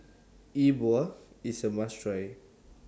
Yi Bua IS A must Try